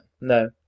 No